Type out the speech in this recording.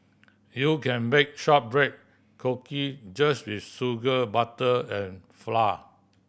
you can bake shortbread cookie just with sugar butter and flour